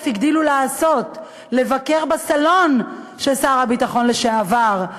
הם אף הגדילו לעשות: לבקר בסלון של שר ביטחון לשעבר,